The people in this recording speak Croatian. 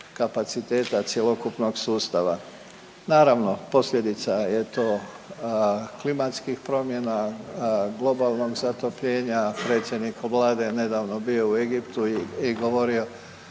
kapaciteta cjelokupnog sustava. Naravno posljedica je to klimatskih promjena, globalnog zatopljenja, predsjednik vlade je nedavno bio u Egiptu i govorio